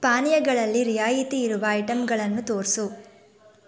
ಪಾನೀಯಗಳಲ್ಲಿ ರಿಯಾಯಿತಿ ಇರುವ ಐಟಮ್ಗಳನ್ನು ತೋರಿಸು